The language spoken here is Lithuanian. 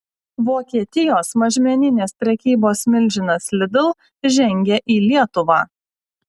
vokietijos mažmeninės prekybos milžinas lidl žengia į lietuvą